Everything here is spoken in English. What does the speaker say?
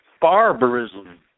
barbarism